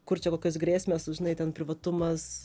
kur čia kokios grėsmes žinai ten privatumas